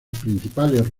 principales